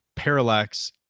Parallax